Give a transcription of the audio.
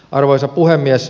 arvoisa puhemies